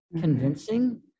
convincing